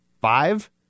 five